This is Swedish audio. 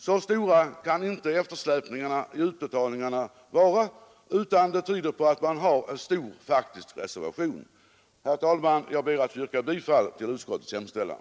Så stora kan inte eftersläpningarna i utbetalningarna vara, utan detta tyder på att man har en stor faktisk reservation. Herr talman! Jag ber att få yrka bifall till utskottets hemställan.